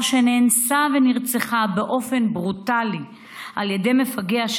שנאנסה ונרצחה באופן ברוטלי על ידי מפגע,